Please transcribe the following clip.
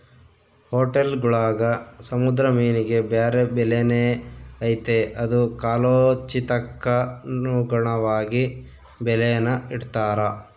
ಹೊಟೇಲ್ಗುಳಾಗ ಸಮುದ್ರ ಮೀನಿಗೆ ಬ್ಯಾರೆ ಬೆಲೆನೇ ಐತೆ ಅದು ಕಾಲೋಚಿತಕ್ಕನುಗುಣವಾಗಿ ಬೆಲೇನ ಇಡ್ತಾರ